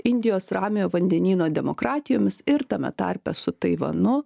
indijos ramiojo vandenyno demokratijomis ir tame tarpe su taivanu